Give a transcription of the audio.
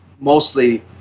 mostly